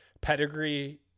pedigree